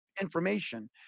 information